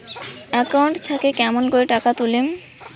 Account থাকি কেমন করি টাকা তুলিম?